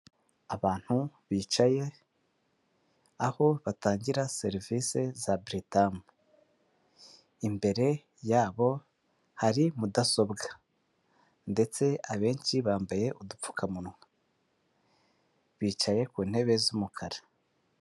Abantu bicaye aho batangira serivisi za Buritamu, imbere yabo hari mudasobwa ndetse abenshi bambaye udupfukamunwa, bicaye ku ntebe z'umukara.